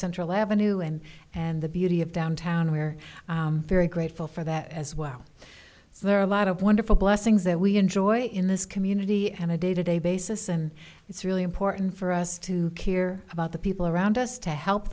central avenue and and the beauty of downtown we're very grateful for that as well so there are a lot of wonderful blessings that we enjoy in this community and a day to day basis and it's really important for us to care about the people around us to help